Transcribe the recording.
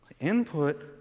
Input